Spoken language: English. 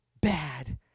bad